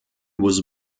was